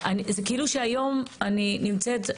זה כאילו שהיום אני נמצאת,